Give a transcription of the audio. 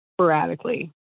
sporadically